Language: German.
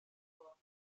dorf